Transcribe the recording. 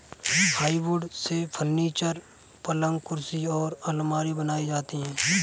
hardwood से फर्नीचर, पलंग कुर्सी और आलमारी बनाई जाती है